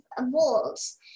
walls